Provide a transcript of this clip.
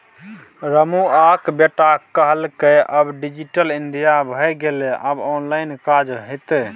रमुआक बेटा कहलकै आब डिजिटल इंडिया भए गेलै आब ऑनलाइन काज हेतै